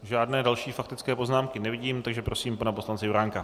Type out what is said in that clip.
Žádné další faktické poznámky nevidím, takže prosím pana poslance Juránka.